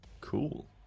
cool